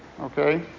Okay